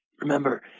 Remember